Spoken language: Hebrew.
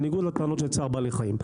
בניגוד לטענות של צער בעלי חיים.